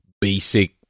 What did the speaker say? basic